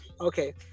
Okay